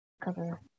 cover